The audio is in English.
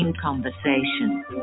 conversation